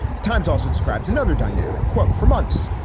the times also describes another dynamic. for months,